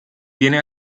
viene